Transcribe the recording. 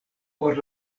por